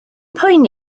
poeni